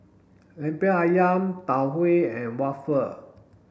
Lemper Ayam Tau Huay and waffle